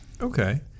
Okay